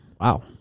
Wow